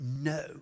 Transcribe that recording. no